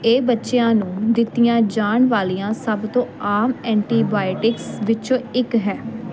ਇਹ ਬੱਚਿਆਂ ਨੂੰ ਦਿੱਤੀਆਂ ਜਾਣ ਵਾਲੀਆਂ ਸਭ ਤੋਂ ਆਮ ਐਂਟੀਬਾਇਓਟਿਕਸ ਵਿੱਚੋਂ ਇੱਕ ਹੈ